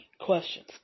questions